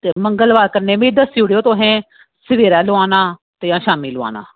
ते मंगलवार बी कन्नै दस्सी ओड़ेआ तुसें ते फेरा लोआना शामीं लोआना